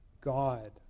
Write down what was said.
God